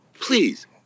please